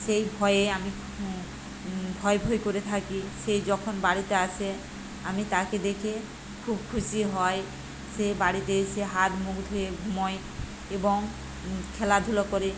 সেই ভয়ে আমি ভয়ে ভয়ে করে থাকি সে যখন বাড়িতে আসে আমি তাকে দেখে খুব খুশি হয় সে বাড়িতে এসে হাত মুখ ধুয়ে ঘুমোয় এবং খেলাধুলো করে